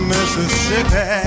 Mississippi